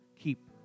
keep